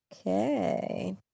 Okay